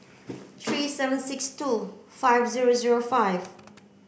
three seven six two five zero zero five